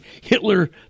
Hitler